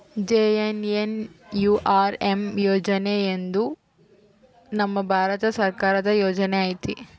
JNNURM ಯೋಜನೆ ಒಂದು ನಮ್ ಭಾರತ ಸರ್ಕಾರದ ಯೋಜನೆ ಐತಿ